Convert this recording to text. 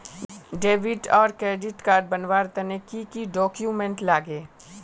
Debit आर credit card बनवार तने की की डॉक्यूमेंट लागे?